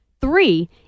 three